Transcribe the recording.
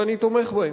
ואני תומך בהם.